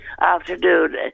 afternoon